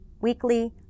weekly